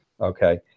Okay